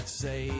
say